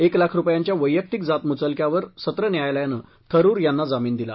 एक लाख रुपयांच्या वैयक्तिक जातमुचलक्यावर सत्रन्यायालयानं थरूर यांना जामीन दिला